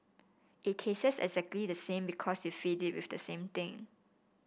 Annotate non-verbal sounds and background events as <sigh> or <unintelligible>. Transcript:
it <unintelligible> exactly the same because you feed it with the same thing